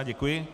Děkuji.